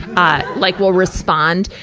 ah, like will respond,